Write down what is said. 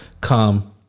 come